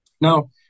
now